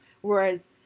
whereas